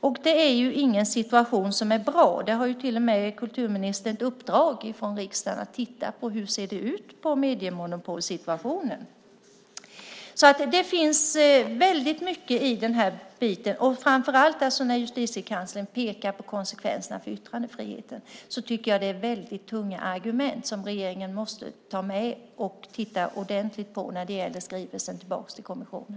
Det är ingen situation som är bra. Kulturministern har till och med ett uppdrag från riksdagen att titta på hur det ser ut i mediemonopolsituationen. Det finns mycket i den här biten. Framför allt när Justitiekanslern pekar på konsekvenserna för yttrandefriheten tycker jag att det är tunga argument som regeringen måste ta med sig och titta ordentligt på när det gäller skrivelsen tillbaka till kommissionen.